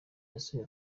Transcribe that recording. yasuye